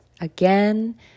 again